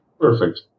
perfect